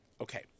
Okay